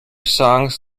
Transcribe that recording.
songs